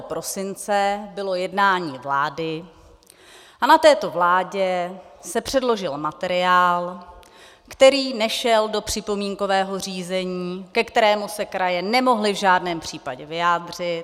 prosince bylo jednání vlády a na této vládě se předložil materiál, který nešel do připomínkového řízení a ke kterému se kraje nemohly v žádném případě vyjádřit.